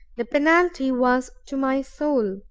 the penalty was to my soul